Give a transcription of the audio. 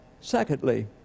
Secondly